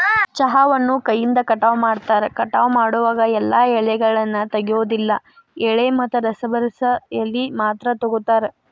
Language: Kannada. ಚಹಾವನ್ನು ಕೈಯಿಂದ ಕಟಾವ ಮಾಡ್ತಾರ, ಕಟಾವ ಮಾಡೋವಾಗ ಎಲ್ಲಾ ಎಲೆಗಳನ್ನ ತೆಗಿಯೋದಿಲ್ಲ ಎಳೆ ಮತ್ತ ರಸಭರಿತ ಎಲಿ ಮಾತ್ರ ತಗೋತಾರ